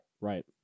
Right